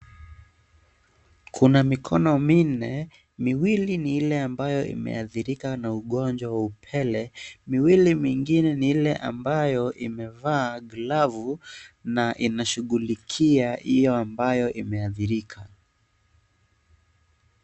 Kuna mikono minne miwili ni ile imeathirika na ugonjwa wa upele miwili mingine ni ile ambayo umevaa glavu na inashughulikia ile ambayo imeathirika.